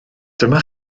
dyma